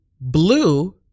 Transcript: blue